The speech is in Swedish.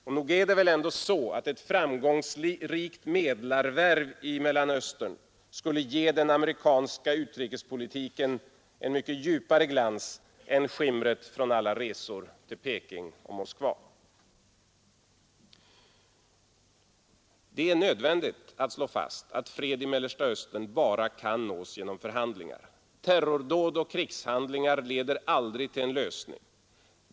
Och nog är det väl ändå så att ett framgångsrikt medlarvärv i Mellersta Östern skulle ge den amerikanska utrikespolitiken en mycket djupare glans än skimret från alla resor till Peking och Moskva. Det är nödvändigt att slå fast att fred i Mellersta Östern bara kan nås genom förhandlingar. Terrordåd och krigshandlingar leder aldrig till en lösning.